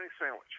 sandwich